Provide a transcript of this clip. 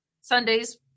Sundays